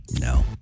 No